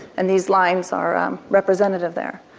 and these lines are representative there.